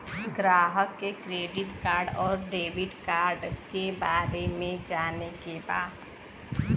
ग्राहक के credit card और डेविड कार्ड के बारे में जाने के बा?